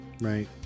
right